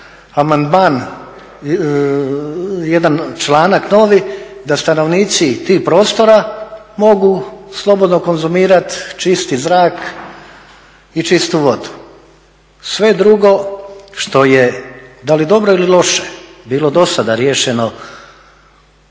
amandman, jedan članak novi da stanovnici tih prostora mogu slobodno konzumirati čisti zrak i čistu vodu, sve drugo što je da li dobro ili loše bilo dosada riješeno